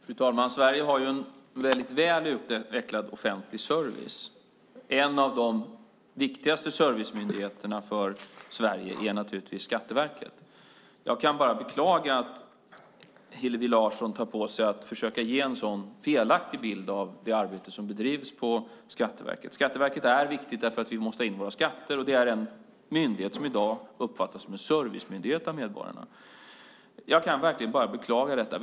Fru talman! Sverige har en väldigt väl utvecklad offentlig service. En av de viktigaste servicemyndigheterna för Sverige är Skatteverket. Jag kan bara beklaga att Hillevi Larsson tar på sig att försöka ge en så felaktig bild av det arbete som bedrivs på Skatteverket. Skatteverket är viktigt därför att vi måste ha in våra skatter. Det är en myndighet som i dag uppfattas som en servicemyndighet av medborgarna. Jag kan verkligen bara beklaga detta.